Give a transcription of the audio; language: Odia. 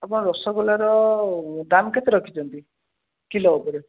ଆପଣ ରସଗୋଲାର ଦାମ୍ କେତେ ରଖିଛନ୍ତି କିଲୋ ଉପରେ